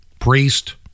priest